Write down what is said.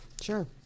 Sure